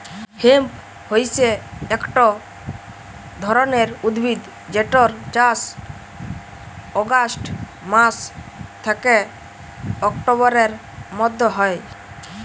hemp হইসে একট ধরণের উদ্ভিদ যেটর চাস অগাস্ট মাস থ্যাকে অক্টোবরের মধ্য হয়